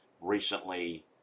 recently